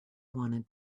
wanted